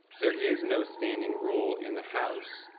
there is no standing role in the house.